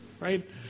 right